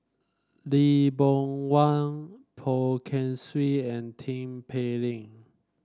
Lee Boon Wang Poh Kay Swee and Tin Pei Ling